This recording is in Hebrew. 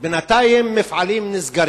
בינתיים מפעלים נסגרים.